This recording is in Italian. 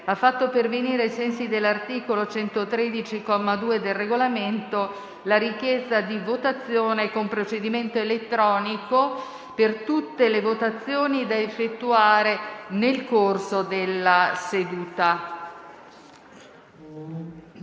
ha fatto pervenire, ai sensi dell'articolo 113, comma 2, del Regolamento, la richiesta di votazione con procedimento elettronico per tutte le votazioni da effettuare nel corso della seduta.